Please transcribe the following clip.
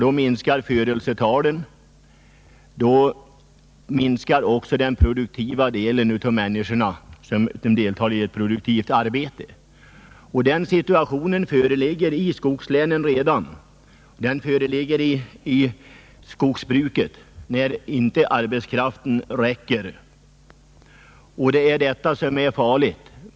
Då minskar födelsetalen, och då minskar också den del av befolkningen som deltar i produktivt arbete. Redan nu föreligger en sådan situation i skogslänen och i skogsbruket, där arbetskraften inte räcker till. Det är detta som är farligt.